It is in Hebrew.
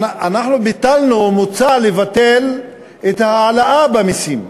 מוצע לבטל את ההעלאה במסים,